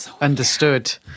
Understood